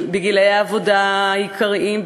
בגילי העבודה העיקריים,